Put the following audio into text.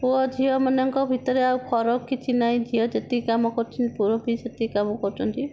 ପୁଅ ଝିଅମାନଙ୍କ ଭିତରେ ଆଉ ଫରକ କିଛି ନାହିଁ ଝିଅ ଯେତିକି କାମ କରୁଛି ପୁଅ ବି ସେତିକି କାମ କରୁଛନ୍ତି